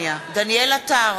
דניאל עטר,